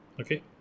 Okay